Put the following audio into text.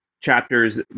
chapters